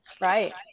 right